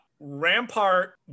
rampart